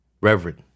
Reverend